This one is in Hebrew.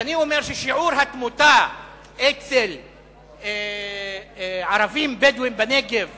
כשאני אומר ששיעור התמותה אצל ערבים בדואים בנגב